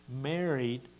married